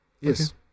Yes